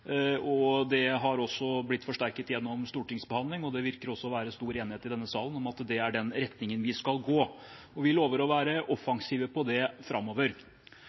Det har også blitt forsterket gjennom Stortingets behandling, og det virker å være stor enighet i denne salen om at det er den retningen vi skal gå i. Vi lover å være offensive på det framover.